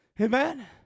Amen